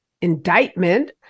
indictment